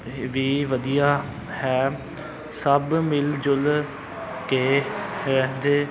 ਵੀ ਵਧੀਆ ਹੈ ਸਭ ਮਿਲ ਜੁਲ ਕੇ ਰਹਿੰਦੇ